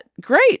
great